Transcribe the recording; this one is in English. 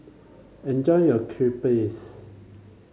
enjoy your Crepe